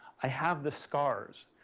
i have the scars,